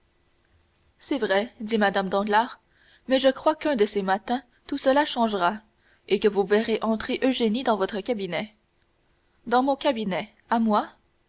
c'est vrai dit mme danglars mais je crois qu'un de ces matins tout cela changera et que vous verrez entrer eugénie dans votre cabinet dans mon cabinet à moi